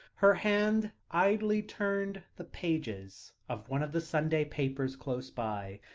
her hand idly turned the pages of one of the sunday papers close by,